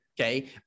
okay